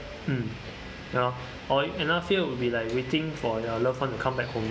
mm ya lor or another fear would be like waiting for your loved one to come back home lor